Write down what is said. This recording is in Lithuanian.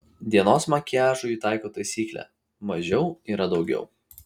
dienos makiažui ji taiko taisyklę mažiau yra daugiau